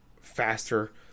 faster